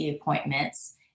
appointments